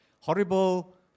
horrible